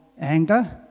anger